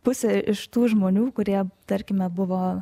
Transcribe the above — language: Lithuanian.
pusė iš tų žmonių kurie tarkime buvo